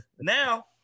Now